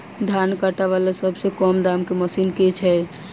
धान काटा वला सबसँ कम दाम केँ मशीन केँ छैय?